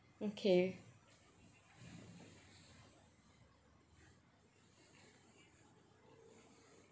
okay